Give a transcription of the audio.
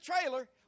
trailer